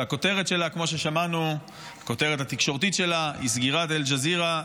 שהכותרת התקשורתית שלה כמו ששמענו היא "סגירת אל-ג'זירה",